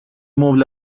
مبل